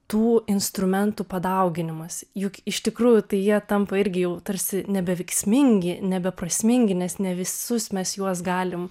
tų instrumentų padauginimas juk iš tikrųjų tai jie tampa irgi jau tarsi nebeveiksmingi nebeprasmingi nes ne visus mes juos galim